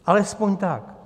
Alespoň tak.